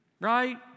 right